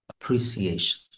appreciation